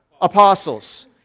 Apostles